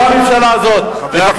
לא הממשלה הזאת, חבר הכנסת מולה.